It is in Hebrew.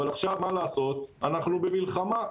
אבל עכשיו, מה לעשות, אנחנו במלחמה.